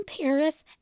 Paris